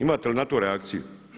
Imate li na to reakcije?